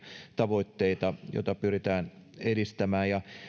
tavoitteita joita pyritään edistämään